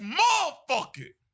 motherfucker